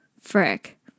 Frick